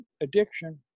addiction